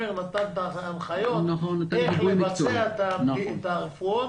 נתן את ההנחיות איך לבצע את הבדיקה,